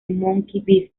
monkey